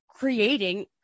creating